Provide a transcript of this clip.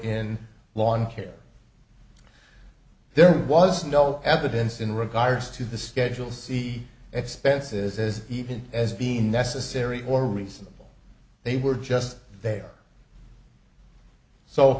in lawn care there was no evidence in regards to the schedule c expenses as even as being necessary or reasonable they were just there so